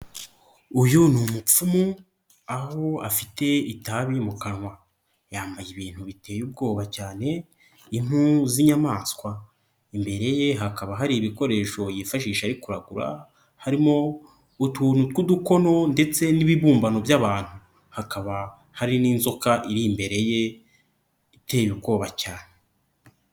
Uyu n'umupfumu aho afite itabi mu kanwa, yambaye ibintu biteye ubwoba cyane impu z'inyamaswa, imbere ye hakaba hari ibikoresho yifashisha ari kuragura harimo utuntu tw'udukono ndetse n'ibibumbano by'abantu, hakaba hari n'inzoka iri imbere ye iteye ubwoba cyane.